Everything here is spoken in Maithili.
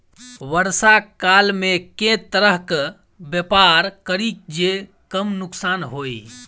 वर्षा काल मे केँ तरहक व्यापार करि जे कम नुकसान होइ?